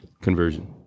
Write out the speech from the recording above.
conversion